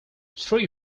three